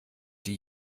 die